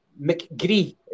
McGree